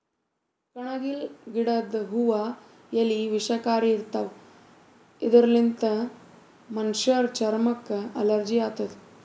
ಕಣಗಿಲ್ ಗಿಡದ್ ಹೂವಾ ಎಲಿ ವಿಷಕಾರಿ ಇರ್ತವ್ ಇದರ್ಲಿನ್ತ್ ಮನಶ್ಶರ್ ಚರಮಕ್ಕ್ ಅಲರ್ಜಿ ಆತದ್